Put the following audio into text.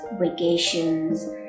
vacations